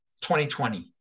2020